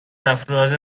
افراد